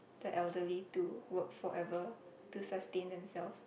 the elderly to work forever to sustain themselves